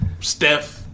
Steph